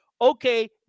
okay